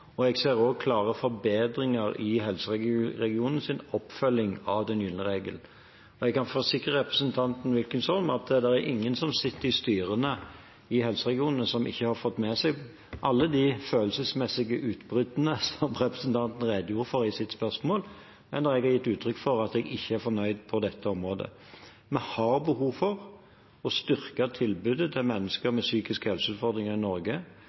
Jeg ser også klare forbedringer i helseregionenes oppfølging av den gylne regel. Jeg kan forsikre representanten Wilkinson om at det er ingen som sitter i styrene i helseregionene, som ikke har fått med seg alle de følelsesmessige utbruddene som representanten redegjorde for i sitt spørsmål, da jeg har gitt uttrykk for at jeg ikke er fornøyd på dette området. Vi har behov for å styrke tilbudet til mennesker med psykisk helse-utfordringer i Norge.